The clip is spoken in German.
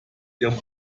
ihrem